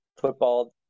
football